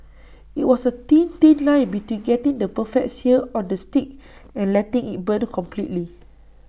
IT was A thin thin line between getting the perfect sear on the steak and letting IT burn completely